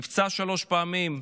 נפצע שלוש פעמים,